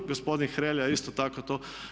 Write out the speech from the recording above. Gospodin Hrelja je isto tako to.